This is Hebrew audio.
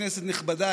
כנסת נכבדה,